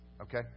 Okay